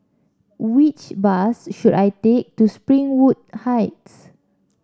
which bus should I take to Springwood Heights